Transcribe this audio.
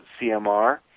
CMR